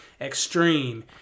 extreme